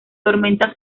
tormentas